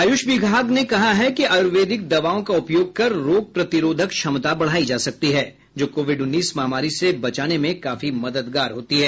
आयूष विभाग ने कहा है कि आयूर्वेदिक दवाओं का उपयोग कर रोग प्रतिरोधक क्षमता बढ़ाई जा सकती है जो कोविड उन्नीस महामारी से बचाने में काफी मददगार होती है